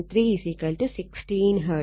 3 16 Hz